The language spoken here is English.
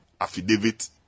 affidavit